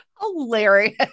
hilarious